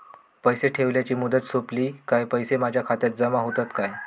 पैसे ठेवल्याची मुदत सोपली काय पैसे माझ्या खात्यात जमा होतात काय?